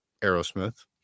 Aerosmith